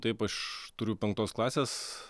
taip aš turiu penktos klasės